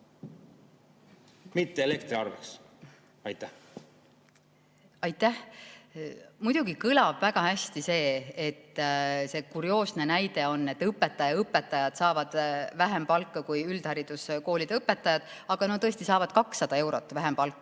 mitte elektriarve maksmiseks? Aitäh! Muidugi kõlab väga hästi see, see on kurioosne näide, et õpetajate õpetajad saavad vähem palka kui üldhariduskoolide õpetajad, aga tõesti, nad saavad 200 eurot vähem palka.